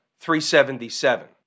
377